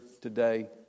today